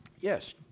Yes